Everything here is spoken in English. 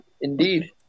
indeed